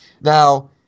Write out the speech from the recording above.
Now